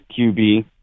QB